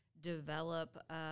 develop